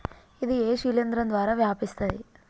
ఇది ఏ శిలింద్రం ద్వారా వ్యాపిస్తది?